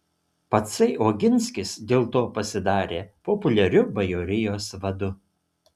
patsai oginskis dėl to pasidarė populiariu bajorijos vadu